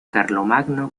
carlomagno